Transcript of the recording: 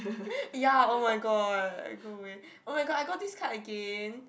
ya oh my god like go away oh my god I got this card again